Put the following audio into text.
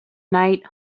night